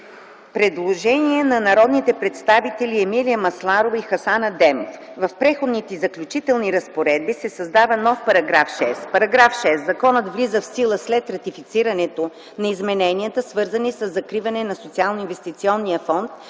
Предложение на народните представители Емилия Масларова и Хасан Адемов – в „Преходните и заключителни разпоредби” се създава нов § 6: „§ 6. Законът влиза в сила след ратифицирането на измененията, свързани със закриването на Социалноинвестиционния фонд,